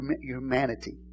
humanity